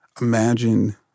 imagine